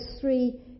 three